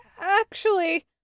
actually—